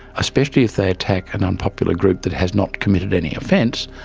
especially if they attack an unpopular group that has not committed any offence,